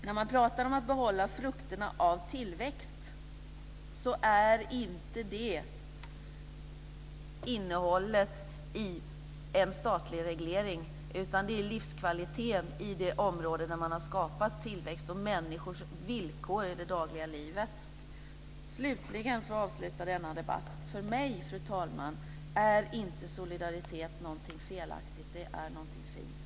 När man pratar om att behålla frukterna av tillväxt betyder det för mig inte innehållet i en statlig reglering, utan det är livskvaliteten i det område där man har skapat tillväxt och människors villkor i det dagliga livet. För att avsluta denna debatt, fru talman, vill jag säga att solidaritet för mig inte är någonting felaktigt, utan det är någonting fint.